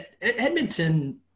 Edmonton